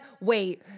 Wait